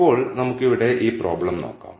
ഇപ്പോൾ നമുക്ക് ഇവിടെ ഈ പ്രോബ്ലം നോക്കാം